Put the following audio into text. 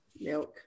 Milk